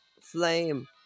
Flame